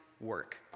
work